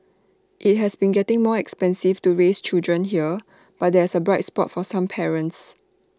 IT has been getting more expensive to raise children here but there is A bright spot for some parents